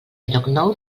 llocnou